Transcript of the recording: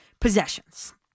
possessions